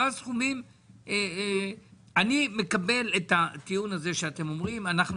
אני מקבל את הטיעון שאתם אומרים: אנחנו